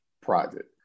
private